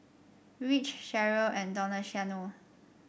Rich Sheryll and Donaciano